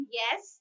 yes